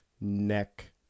neck